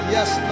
Yes